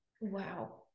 Wow